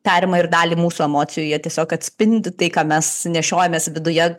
perima ir dalį mūsų emocijų jie tiesiog atspindi tai ką mes nešiojamės viduje